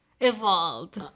evolved